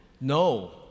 No